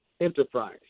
enterprise